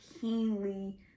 keenly